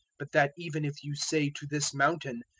but that even if you say to this mountain,